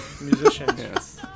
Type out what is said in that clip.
musicians